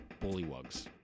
bullywugs